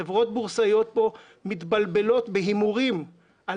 חברות בורסאיות כאן מתבלבלות בהימורים על